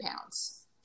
pounds